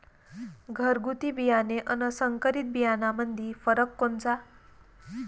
घरगुती बियाणे अन संकरीत बियाणामंदी फरक कोनचा?